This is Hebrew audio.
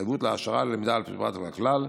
התחייבות להעשרה ללמידה של הפרט והכלל,